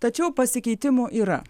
tačiau pasikeitimo yra